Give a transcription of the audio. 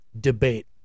debate